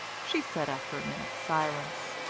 she said after a minute's silence.